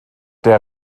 der